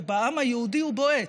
ובעם היהודי הוא בועט.